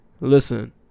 listen